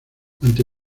ante